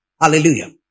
Hallelujah